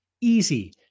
Easy